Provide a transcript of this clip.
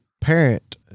parent